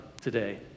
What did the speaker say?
today